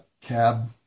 cab